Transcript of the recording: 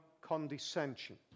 condescension